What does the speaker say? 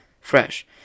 Fresh